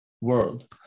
world